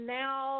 now